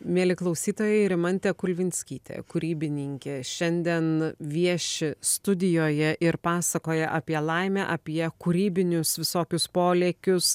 mieli klausytojai rimantė kuivinskytė kūrybininkė šiandien vieši studijoje ir pasakoja apie laimę apie kūrybinius visokius polėkius